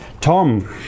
Tom